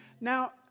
Now